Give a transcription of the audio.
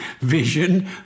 vision